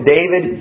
David